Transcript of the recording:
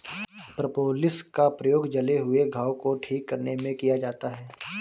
propolis का प्रयोग जले हुए घाव को ठीक करने में किया जाता है